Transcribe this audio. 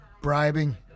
bribing